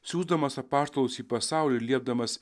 siųsdamas apaštalus į pasaulį liepdamas